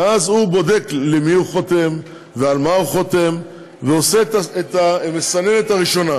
ואז הוא בודק למי הוא חותם ועל מה הוא חותם ועושה את המסננת הראשונה,